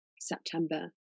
September